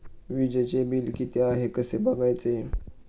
वीजचे बिल किती आहे कसे बघायचे?